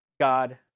God